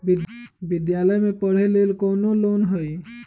विद्यालय में पढ़े लेल कौनो लोन हई?